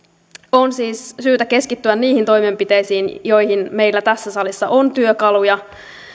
on siis syytä keskittyä niihin toimenpiteisiin joihin meillä tässä salissa on työkaluja